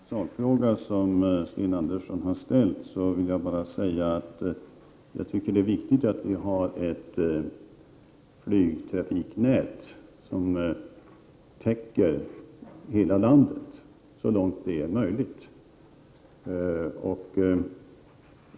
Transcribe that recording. Fru talman! Utan att gå in på den sakfråga som Sten Andersson har tagit upp vill jag bara säga att jag tycker att det är viktigt att vi har ett flygtrafiknät som så långt det är möjligt täcker hela landet.